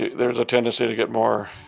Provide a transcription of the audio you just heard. there's a tendency to get more,